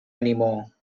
anymore